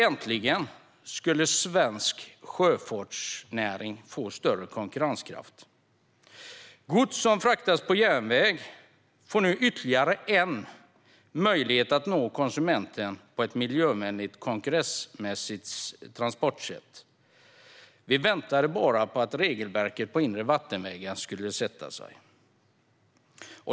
Äntligen skulle svensk sjöfartsnäring få större konkurrenskraft. Gods som fraktas på järnväg skulle nu få ytterligare en möjlighet att nå konsumenten med ett miljövänligt och konkurrensmässigt transportsätt. Vi väntade bara på att regelverket för inre vattenvägar skulle sätta sig.